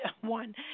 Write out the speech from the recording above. one